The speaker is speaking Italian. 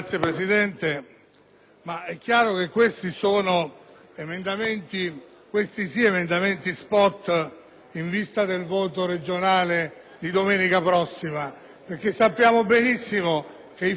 in vista del voto regionale di domenica prossima, perche´ sappiamo benissimo che i fondi, ove concessi in assenza di una progettualita e di una documentazione